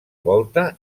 volta